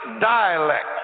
dialect